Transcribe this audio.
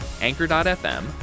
Anchor.fm